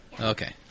Okay